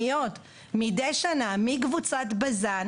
אלא תאפשרו ותחזקו את